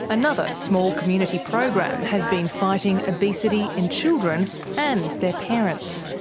another small community program has been fighting obesity in children and their parents.